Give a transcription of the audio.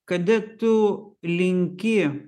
kada tu linki